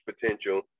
potential